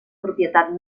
propietat